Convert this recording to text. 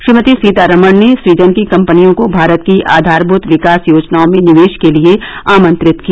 श्रीमती सीतारामन ने स्वीडन की कंपनियों को भारत की आधारभूत विकास योजनाओं मे निवेश के लिए आमंत्रित किया